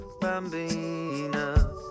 Bambina